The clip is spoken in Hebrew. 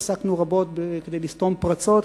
עסקנו בו רבות כדי לסתום פרצות,